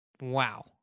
Wow